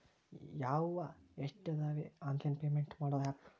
ಯವ್ವಾ ಎಷ್ಟಾದವೇ online payment ಮಾಡೋ ಆಪ್